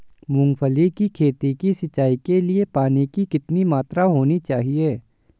मूंगफली की खेती की सिंचाई के लिए पानी की कितनी मात्रा होनी चाहिए?